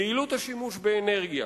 יעילות השימוש באנרגיה,